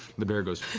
the bear goes,